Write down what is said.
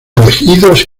elegidos